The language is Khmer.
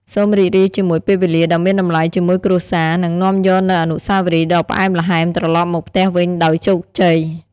សូមរីករាយជាមួយពេលវេលាដ៏មានតម្លៃជាមួយគ្រួសារ និងនាំយកនូវអនុស្សាវរីយ៍ដ៏ផ្អែមល្ហែមត្រលប់មកផ្ទះវិញដោយជោគជ័យ។